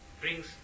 Brings